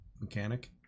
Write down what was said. mechanic